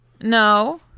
No